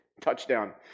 touchdown